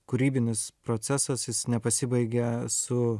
kūrybinis procesas jis nepasibaigia su